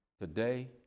today